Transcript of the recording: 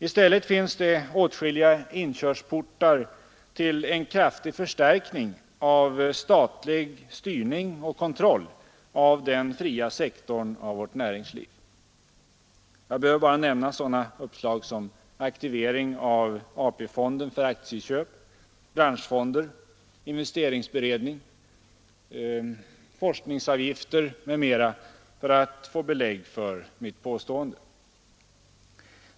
I stället finns det åtskilliga inkörsportar till en kraftig förstärkning av statlig styrning och kontroll av den fria sektorn av vårt näringsliv. Jag behöver bara nämna sådana uppslag som aktivering av AP-fonden för aktieinköp, branschfonder, investeringsberedning, forskningsavgifter m.m. för att få belägg för mitt påstående.